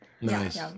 Nice